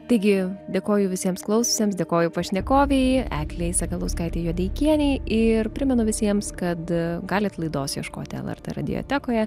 taigi dėkoju visiems klausiusiems dėkoju pašnekovei eglei sakalauskaitei juodeikienei ir primenu visiems kad galit laidos ieškoti lrt radiotekoje